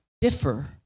differ